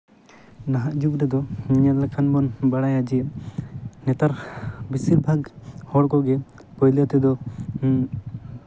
ᱱᱟᱦᱟᱜ ᱡᱩᱜᱽ ᱨᱮᱫᱚ ᱧᱮᱞ ᱞᱮᱠᱷᱟᱱ ᱵᱚᱱ ᱵᱟᱲᱟᱭᱟ ᱡᱮ ᱱᱮᱛᱟᱨ ᱵᱮᱥᱤᱨ ᱵᱷᱟᱜᱽ ᱦᱚᱲ ᱠᱚᱜᱮ ᱯᱳᱭᱞᱳ ᱛᱮᱫᱚ ᱦᱮᱸ